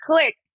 clicked